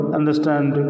understand